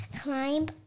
climb